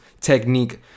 technique